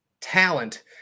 Talent